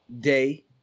day